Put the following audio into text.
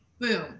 boom